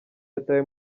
yatawe